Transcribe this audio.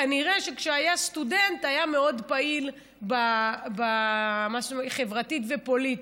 כנראה כשהיה סטודנט היה מאוד פעיל חברתית ופוליטית.